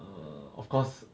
err of course